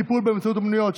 טיפול באמצעות אומנויות),